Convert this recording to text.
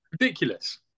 Ridiculous